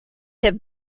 have